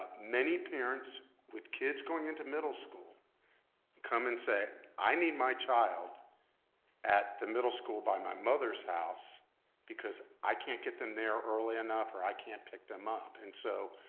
many parents with kids going into middle school come and say, i need my child at the middle school by my mother's house because i can't get them there early enough or i can't pick them up. and so